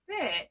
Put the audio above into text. fit